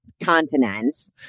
continents